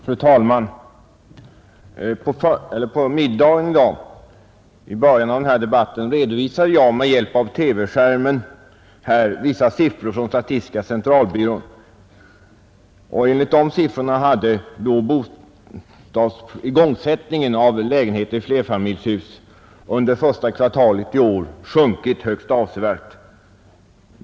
Fru talman! På middagen i dag, i början av denna debatt, redovisade jag med hjälp av TV-skärmen här vissa siffror från statistiska centralbyrån. Enligt dessa siffror hade igångsättningen av lägenheter i flerfamiljshus under första kvartalet i år sjunkit högst avsevärt.